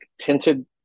tinted